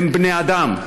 הם בני-אדם,